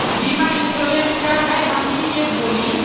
बीमा इंश्योरेंस का है हमनी के बोली?